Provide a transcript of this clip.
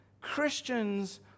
Christians